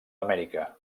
amèrica